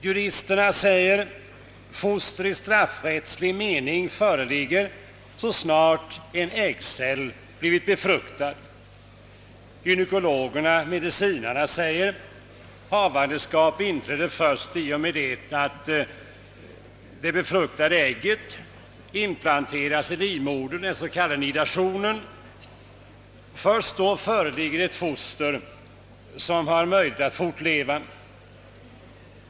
Juristerna säger att foster i straffrättslig mening föreligger så snart en äggcell blivit befruktad. Gynekologerna säger att havandeskap inträder först i och med att det befruktade ägget implanterats i livmodern — den s.k. nidationen. Först då föreligger ett foster som har möjlighet att fortleva.